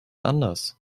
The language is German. anders